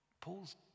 Paul's